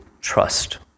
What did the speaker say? trust